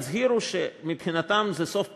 הזהירו שמבחינתם זה סוף פסוק,